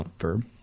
verb